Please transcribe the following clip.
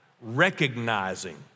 recognizing